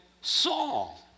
Saul